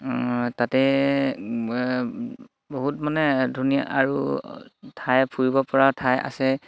তাতে বহুত মানে ধুনীয়া আৰু ঠাই ফুৰিব পৰা ঠাই আছে